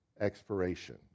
expiration